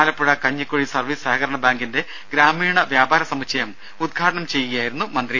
Alappuzha Kanjikuzhi service സഹകരണ ബാങ്കിന്റെ ഗ്രാമീണ വ്യാപാര സമുച്ചയം ഉദ്ഘാടനം ചെയ്യുകയായിരുന്നു മന്ത്രി